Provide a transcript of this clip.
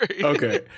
Okay